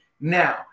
Now